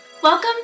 Welcome